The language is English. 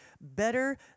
better